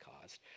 caused